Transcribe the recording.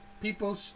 people